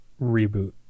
reboot